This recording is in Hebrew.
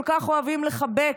כל כך אוהבים לחבק,